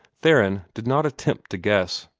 theron did not attempt to guess.